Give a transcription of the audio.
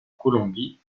colombie